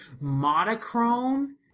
monochrome